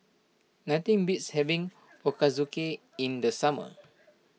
nothing beats having Ochazuke in the summer